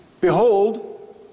Behold